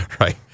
Right